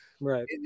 Right